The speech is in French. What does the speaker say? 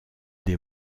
des